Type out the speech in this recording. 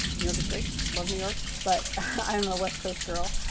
new york is great love new york, but i'm a west coast girl.